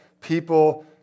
people